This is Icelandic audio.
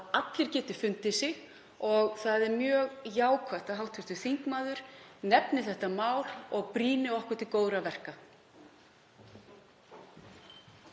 allir fundið sig og mjög jákvætt að hv. þingmaður nefni þetta mál og brýni okkur til góðra verka.